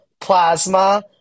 plasma